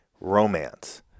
romance